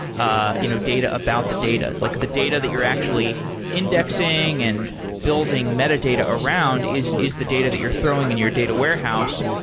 ah you know data about the data. like the data that you're actually indexing and building metadata around is is the data that you're throwing in your data warehouse,